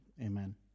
Amen